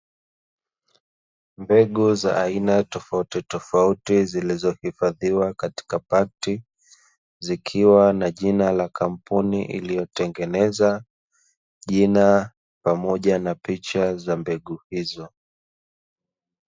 Mbegu za aina tofautitofauti, zilizohifadhiwa katika pakiti, zikiwa na jina la kampuni iliyotengeneza jina pamoja na picha za mbegu hizo.